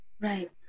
Right